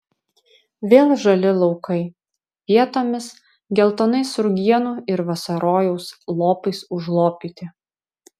vėl žali laukai vietomis geltonais rugienų ir vasarojaus lopais užlopyti